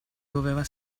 doveva